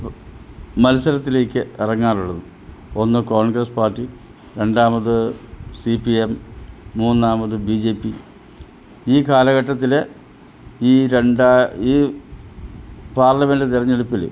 പ് മത്സരത്തിലേക്ക് ഇറങ്ങാറുള്ളതും ഒന്ന് കോൺഗ്രസ് പാർട്ടി രണ്ടാമത് സി പി എം മൂന്നാമത് ബി ജെ പി ഈ കാലഘട്ടത്തിൽ ഈ രണ്ടാ ഈ പാർലമെൻറ്റ് തിരഞ്ഞെടുപ്പിൽ